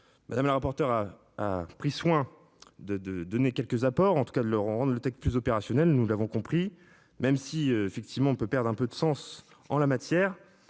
Madame la rapporteur a. Pris soin de de donner quelques apports en tout cas, de le rendre le texte plus opérationnel. Nous l'avons compris même si effectivement on peut perdre un peu de sens en la matière.